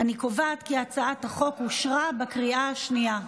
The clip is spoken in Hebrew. אני קובעת כי הצעת החוק אושרה בקריאה שנייה.